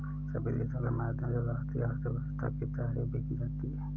सभी देशों के माध्यम से भारतीय आर्थिक व्यवस्था की तारीफ भी की जाती है